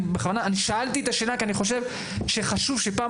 אני שאלתי את השאלה כי אני חושב שחשוב שפעם